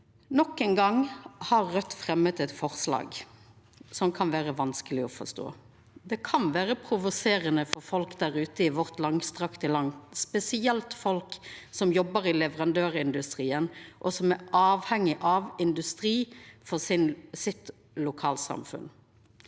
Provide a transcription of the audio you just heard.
Nok ein gong har Raudt fremja eit forslag som kan vera vanskeleg å forstå. Det kan vera provoserande for folk der ute i vårt langstrakte land, spesielt folk som jobbar i leverandørindustrien, og som er avhengige av industrien for lokalsamfunnet